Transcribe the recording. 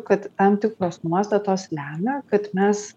kad tam tikros nuostatos lemia kad mes